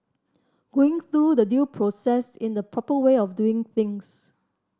going through the due process in the proper way of doing things